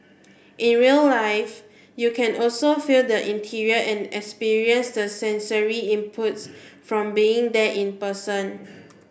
in real life you can also feel the interior and experience the sensory inputs from being there in person